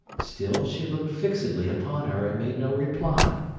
still she looked fixedly upon her, and made no reply.